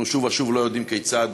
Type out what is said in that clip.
אנחנו שוב ושוב לא יודעים כיצד